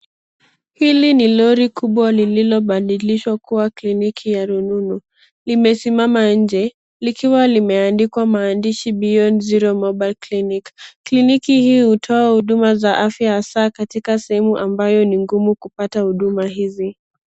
Hili ni lori kubwa lililobadilishwa kua kliniki ya rununu, imesimama nje likiwa limeandikwa maandishi Beyond Zero Mobile Clinic. Klliniki hii hutoa huduma za afya hasa katika sehemu ambayo ni ngumu kupata huduma hizi.